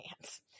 hands